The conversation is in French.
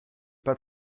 pas